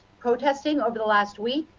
protesting over the last week.